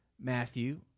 Matthew